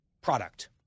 product